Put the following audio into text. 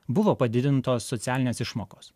buvo padidintos socialinės išmokos